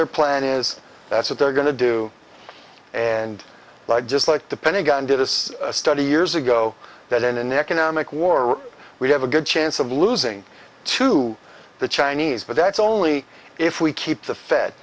their plan is that's what they're going to do and like just like the pentagon did this study years ago that in an economic war we have a good chance of losing to the chinese but that's only if we keep the f